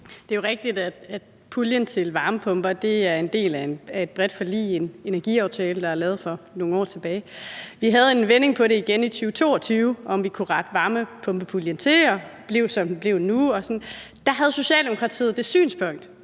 Det er jo rigtigt, at puljen til varmepumper er en del af et bredt forlig, en energiaftale, der er lavet for nogle år tilbage. Vi havde en vending på det igen i 2022, i forhold til om vi kunne rette varmepumpepuljen til, og den blev, som den blev nu. Der havde Socialdemokratiet det synspunkt,